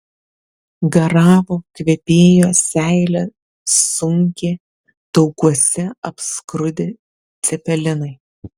garavo kvepėjo seilę sunkė taukuose apskrudę cepelinai